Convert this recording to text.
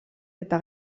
eta